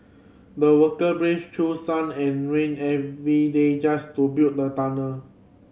the worker braved through sun and rain every day just to build the tunnel